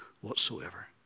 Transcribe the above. whatsoever